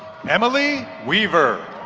emily weaver.